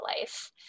life